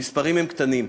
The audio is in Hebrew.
המספרים הם קטנים,